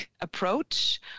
approach